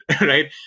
right